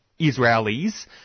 Israelis